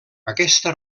aquesta